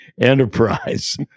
enterprise